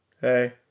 Hey